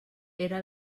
era